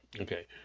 Okay